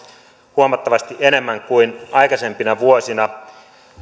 huomattavasti enemmän kuin aikaisempina vuosina